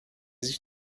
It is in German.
sich